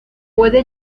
puede